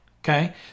okay